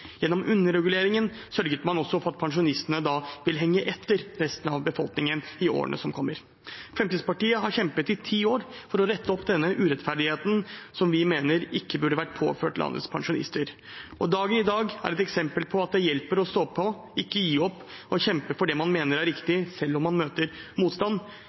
Gjennom underreguleringen sørget man også for at pensjonistene vil henge etter resten av befolkningen i årene som kommer. Fremskrittspartiet har kjempet i ti år for å rette opp denne urettferdigheten, som vi mener ikke burde vært påført landets pensjonister. Dagen i dag er et eksempel på at det hjelper å stå på, ikke gi opp og kjempe for det man mener er riktig, selv om man møter motstand.